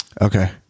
Okay